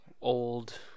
old